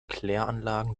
kläranlagen